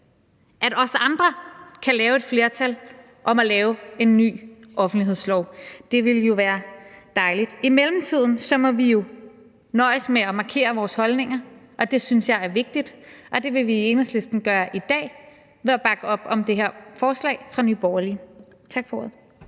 at vi andre kan lave et flertal til at lave en ny offentlighedslov. Det ville jo være dejligt. I mellemtiden må vi nøjes med at markere vores holdninger, og det synes jeg er vigtigt, og det vil vi i Enhedslisten gøre i dag ved at bakke op om det her forslag fra Nye Borgerlige. Tak for ordet.